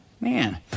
Man